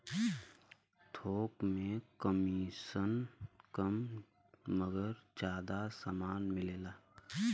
थोक में कमिसन कम मगर जादा समान मिलेला